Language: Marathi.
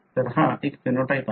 तर हा एक फेनोटाइप आहे